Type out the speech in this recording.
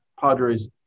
Padres